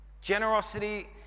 Generosity